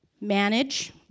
manage